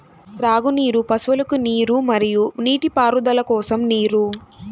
త్రాగునీరు, పశువులకు నీరు మరియు నీటిపారుదల కోసం నీరు